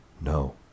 No